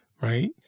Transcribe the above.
right